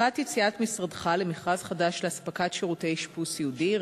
לקראת יציאת משרדך למכרז חדש לאספקת שירותי אשפוז סיעודי,